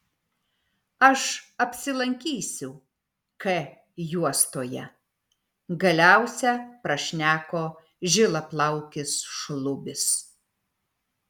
aš apsilankysiu k juostoje galiausia prašneko žilaplaukis šlubis